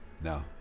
No